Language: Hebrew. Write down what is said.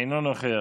אינו נוכח.